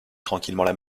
tranquillement